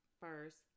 first